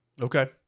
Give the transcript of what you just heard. Okay